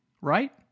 right